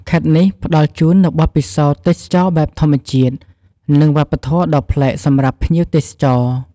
ខេត្តនេះផ្តល់ជូននូវបទពិសោធន៍ទេសចរណ៍បែបធម្មជាតិ និងវប្បធម៌ដ៏ប្លែកសម្រាប់ភ្ញៀវទេសចរ។